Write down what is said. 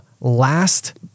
last